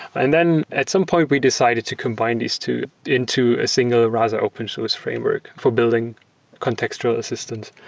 and then at some point, we decided to combine these two into a single rasa open source framework for building contextual assistant.